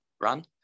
run